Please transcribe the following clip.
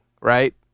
right